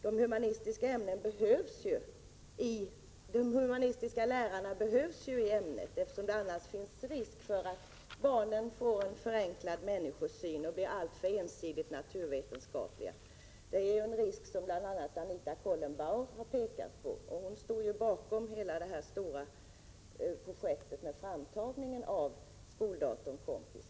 De humanistiska lärarna behövs i ämnet, eftersom det annars finns risk för att barnen får en förenklad människosyn och blir alltför ensidigt naturvetenskapliga. Det är en risk som bl.a. Anita Kollebaur har pekat på, och hon stod bakom hela det stora projektet med framtagning av skoldatorn Compis.